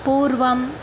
पूर्वम्